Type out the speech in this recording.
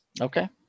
Okay